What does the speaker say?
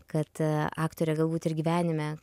kad aktorė galbūt ir gyvenime